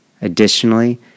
Additionally